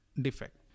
defect